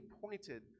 pointed